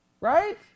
Right